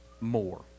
more